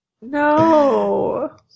no